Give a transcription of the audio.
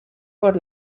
por